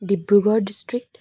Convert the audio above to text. Dibrugarh district